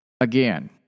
again